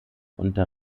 unter